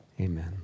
amen